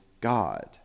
God